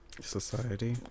Society